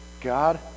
God